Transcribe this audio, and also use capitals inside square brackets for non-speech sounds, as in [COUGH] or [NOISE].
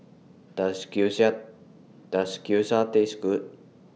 [UNINTELLIGIBLE] Does Gyoza Taste Good